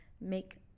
make